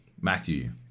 Matthew